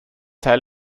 teil